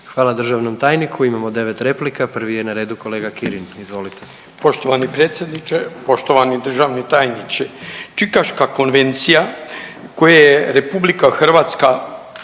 Hvala državnom tajniku. Imamo 9 replika, prvi je na redu kolega Kirin. Izvolite. **Kirin, Ivan (HDZ)** Poštovani predsjedniče, poštovani državni tajniče, Čikaška konvencija koje je RH strana